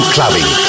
Clubbing